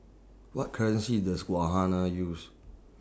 What currency Does use